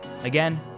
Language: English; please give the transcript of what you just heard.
Again